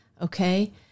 okay